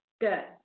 good